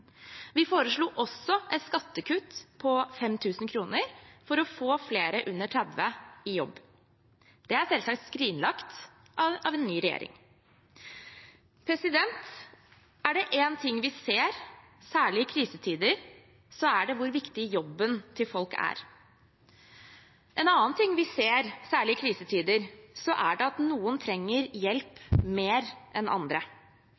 Vi foreslo også et skattekutt på 5 000 kr for å få flere under 30 år i jobb. Det er selvsagt skrinlagt av en ny regjering. Er det én ting vi ser særlig i krisetider, er det hvor viktig jobben til folk er. En annen ting vi ser særlig i krisetider, er at noen trenger hjelp mer enn andre.